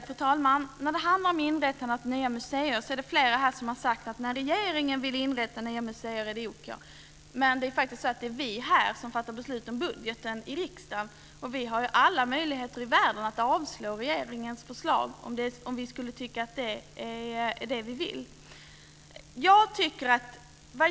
Fru talman! När det handlar om att inrätta nya museer är det flera som har sagt att när regeringen vill inrätta nya museer är det okej. Men det är faktiskt så att det är vi här i riksdagen som fattar beslut om budgeten, och vi har alla möjligheter i världen att avslå regeringens förslag om vi skulle tycka att det är det vi vill.